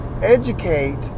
educate